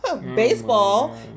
Baseball